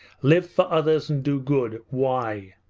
live for others, and do good! why?